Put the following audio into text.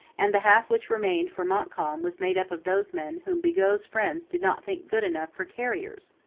and the half which remained for montcalm was made up of those men whom bigot's friends did not think good enough for carriers.